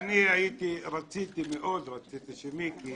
מאוד רציתי שמיקי